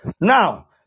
Now